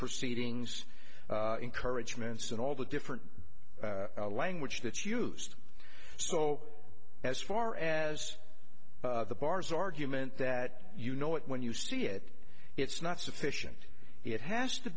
proceedings encouragements and all the different language that's used so as far as the bar's argument that you know it when you see it it's not sufficient it has to